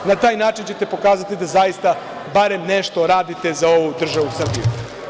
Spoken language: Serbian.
Na taj način ćete pokazati da zaista barem nešto radite za ovu državu Srbiju.